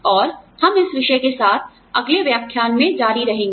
और हम इस विषय के साथ अगले व्याख्यान में जारी रहेंगे